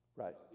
Right